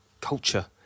culture